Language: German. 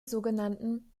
sogenannten